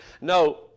No